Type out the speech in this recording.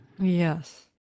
Yes